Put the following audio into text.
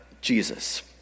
Jesus